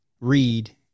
read